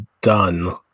done